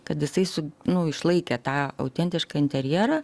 kad jisai su nu išlaikė tą autentišką interjerą